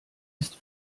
ist